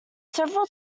several